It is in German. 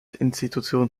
institution